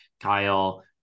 Kyle